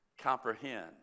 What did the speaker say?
comprehend